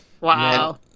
Wow